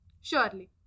surely